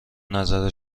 نظر